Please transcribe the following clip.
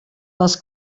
les